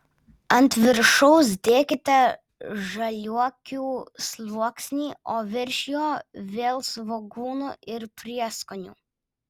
ant viršaus dėkite žaliuokių sluoksnį o virš jo vėl svogūnų ir prieskonių